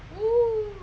oo